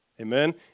Amen